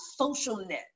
SocialNet